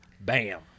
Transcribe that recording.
bam